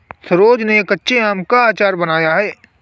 सरोज ने कच्चे आम का अचार बनाया